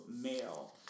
male